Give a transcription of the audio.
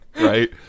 Right